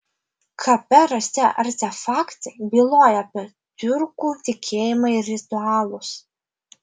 kape rasti artefaktai byloja apie tiurkų tikėjimą ir ritualus